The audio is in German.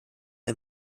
ein